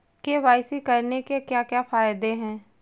KYC करने के क्या क्या फायदे हैं?